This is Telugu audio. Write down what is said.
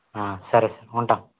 సరే ఉంటాను